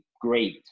great